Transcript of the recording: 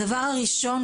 דבר ראשון,